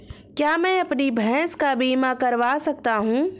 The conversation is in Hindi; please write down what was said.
क्या मैं अपनी भैंस का बीमा करवा सकता हूँ?